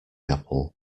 apple